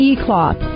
E-Cloth